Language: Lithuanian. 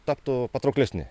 taptų patrauklesni